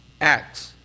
Acts